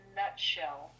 nutshell